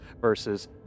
versus